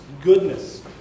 goodness